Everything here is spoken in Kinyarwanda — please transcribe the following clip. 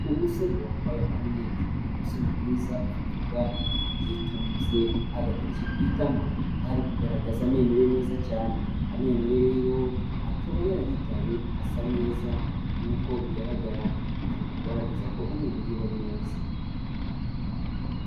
Umusore wambaye amarinete ni umusore mwiza ufite ubwanwa, yitunze agatoki ku itamo aho ri kugaragaza amenyo ye meza cyane, amenyo ye rero akaba yayitayeho, asa neza nkuko bigaragara ari kugaragaza ko amenyo yiwe ari meza.